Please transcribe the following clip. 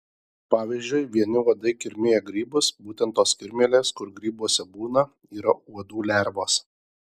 pavyzdžiui vieni uodai kirmija grybus būtent tos kirmėlės kur grybuose būna yra uodų lervos